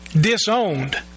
disowned